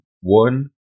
one